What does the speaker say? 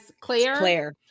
Claire